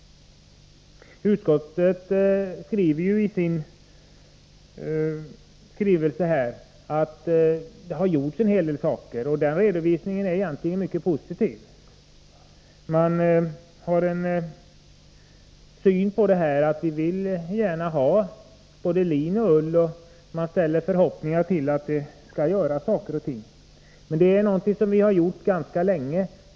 Utskottet skriver i sitt betänkande att en hel del saker har gjorts. Den redovisningen är egentligen mycket positiv. Man vill gärna ha både lin och ull, och utskottet har förhoppningar om att saker och ting skall göras. Men det är förhoppningar som vi har haft ganska länge.